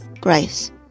Grace